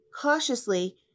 cautiously